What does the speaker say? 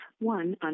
one